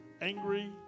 angry